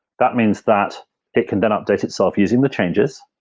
that means that it can then update itself using the changes,